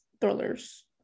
thrillers